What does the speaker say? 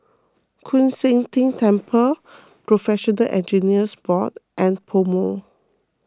Koon Seng Ting Temple Professional Engineers Board and PoMo